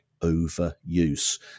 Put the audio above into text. overuse